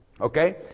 Okay